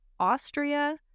Austria